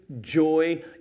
joy